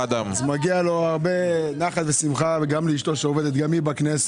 מגיע לו הרבה נחת ושמחה וגם לאשתו שגם היא עובדת בכנסת.